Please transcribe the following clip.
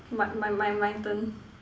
my my my my turn